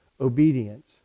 Obedience